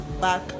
back